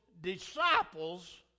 disciples